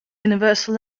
universal